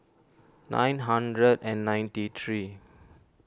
nine hundred and ninety three